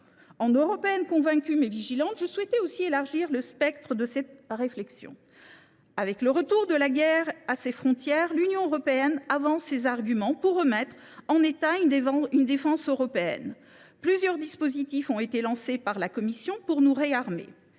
En Européenne convaincue mais vigilante, je souhaiterais également élargir le spectre de la réflexion. Avec le retour de la guerre à ses frontières, l’Union européenne avance ses arguments pour remettre en état une défense européenne. Plusieurs dispositifs ont été lancés par la Commission en ce